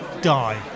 die